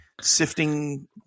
sifting